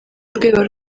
rwego